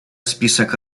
список